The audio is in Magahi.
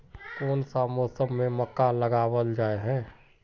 कोन सा मौसम में मक्का लगावल जाय है?